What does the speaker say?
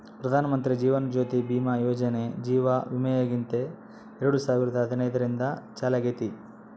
ಪ್ರಧಾನಮಂತ್ರಿ ಜೀವನ ಜ್ಯೋತಿ ಭೀಮಾ ಯೋಜನೆ ಜೀವ ವಿಮೆಯಾಗೆತೆ ಎರಡು ಸಾವಿರದ ಹದಿನೈದರಿಂದ ಚಾಲ್ತ್ಯಾಗೈತೆ